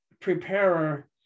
preparer